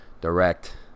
direct